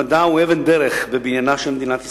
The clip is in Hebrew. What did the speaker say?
המדע הוא אבן דרך בבניינה של מדינת ישראל,